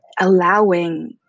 allowing